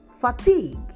fatigue